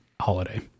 Holiday